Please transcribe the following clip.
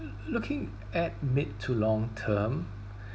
looking at mid to long term